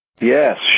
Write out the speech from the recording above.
Yes